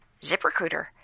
ZipRecruiter